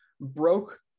broke